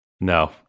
No